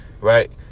Right